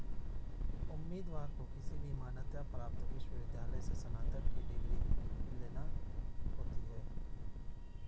उम्मीदवार को किसी भी मान्यता प्राप्त विश्वविद्यालय से स्नातक की डिग्री लेना होती है